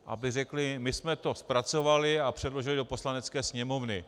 Aby řekli: my jsme to zpracovali a předložili do Poslanecké sněmovny.